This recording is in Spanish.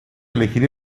elegir